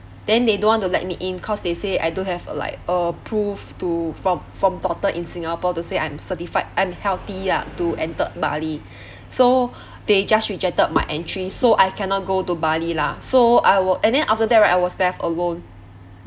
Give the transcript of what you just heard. then they don't want to let me in cause they say I don't have a like a proof to from from doctor in singapore to say I'm certified I'm healthy ah to enter bali so they just rejected my entry so I cannot go to bali lah so I will and then after that right I was left alone